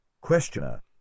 Questioner